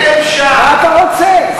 מה אתה רוצה?